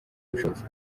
ubushobozi